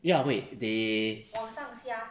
ya wait they